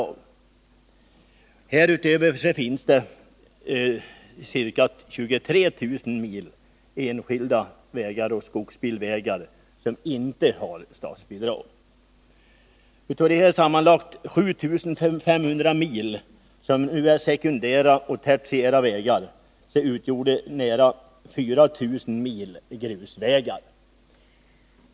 Härutöver finns ca 23 000 mil enskilda vägar och skogsbilvägar, som inte har statsbidrag. Av de sammanlagt 7 500 mil som är sekundära och tertiära länsvägar utgjorde nära 4 000 mil grusvägar.